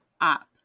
up